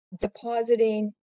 depositing